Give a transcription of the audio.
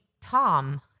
Tom